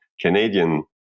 Canadian